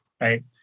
right